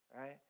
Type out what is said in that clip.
right